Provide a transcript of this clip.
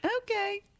okay